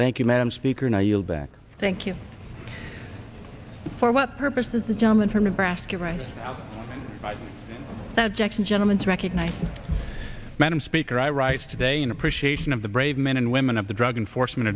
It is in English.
thank you madam speaker now you'll back thank you for what purpose does the gentleman from nebraska write that jackson gentleman to recognize madam speaker i rise today in appreciation of the brave men and women of the drug enforcement